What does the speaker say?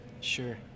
Sure